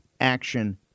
action